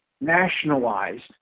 nationalized